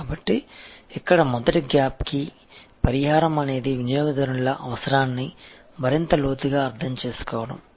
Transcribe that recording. కాబట్టి ఇక్కడ మొదటి గ్యాప్కి పరిహారం అనేది వినియోగదారునిల అవసరాన్ని మరింత లోతుగా అర్థం చేసుకోవడం